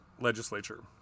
legislature